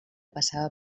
passava